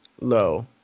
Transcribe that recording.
low